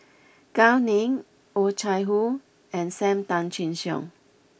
Gao Ning Oh Chai Hoo and Sam Tan Chin Siong